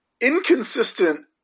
Inconsistent